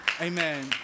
amen